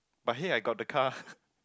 but hey I got the car